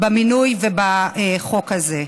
במינוי ובחוק הזה.